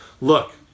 look